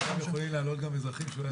עליו יכולים לעלות גם אזרחים?